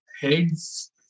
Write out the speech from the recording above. heads